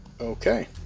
Okay